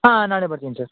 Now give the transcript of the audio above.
ಹಾಂ ನಾಳೆ ಬರ್ತೀನಿ ಸರ್